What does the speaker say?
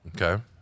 Okay